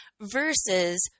versus